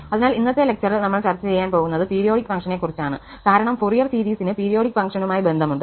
അതിനാൽ ഇന്നത്തെ ലെക്ചറിൽ നമ്മൾ ചർച്ച ചെയ്യാൻ പോകുന്നത് പീരിയോഡിക് ഫങ്ക്ഷനെക്കുറിച്ചാണ് കാരണം ഫോറിയർ സീരീസിന് പീരിയോഡിക് ഫങ്ക്ഷനുമായി ബന്ധം ഉണ്ട്